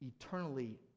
eternally